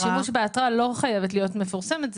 התראה לא חייבת להיות מפורסמת.